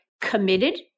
committed